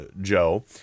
Joe